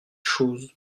chose